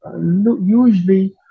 usually